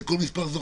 כל מספר זוכה.